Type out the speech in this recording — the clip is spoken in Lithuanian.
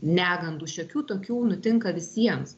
negandų šiokių tokių nutinka visiems